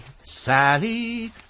Sally